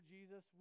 Jesus